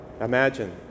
Imagine